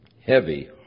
Heavy